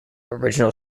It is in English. original